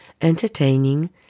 entertaining